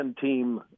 team